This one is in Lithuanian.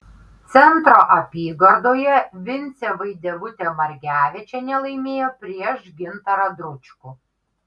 centro apygardoje vincė vaidevutė margevičienė laimėjo prieš gintarą dručkų